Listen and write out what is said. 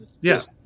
Yes